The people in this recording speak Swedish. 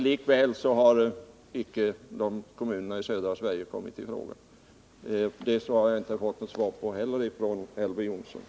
Likväl har inte kommunerna i södra Sverige kommit i fråga för stöd. De frågorna har Elver Jonsson ännu inte besvarat.